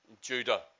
Judah